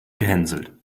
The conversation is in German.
gehänselt